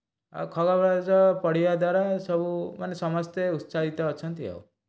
ଆଉ ଖବରକାଗଜ ପଢ଼ିବାଦ୍ୱାରା ସବୁ ମାନେ ସମସ୍ତେ ଉତ୍ସାହିତ ଅଛନ୍ତି ଆଉ